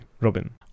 Robin